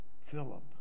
Philip